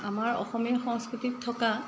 আমাৰ অসমীয়া সংস্কৃতিত থকা